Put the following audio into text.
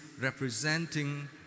representing